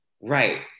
right